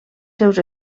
seus